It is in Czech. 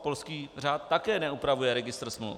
Polský řád také neupravuje registr smluv.